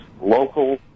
local